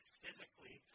physically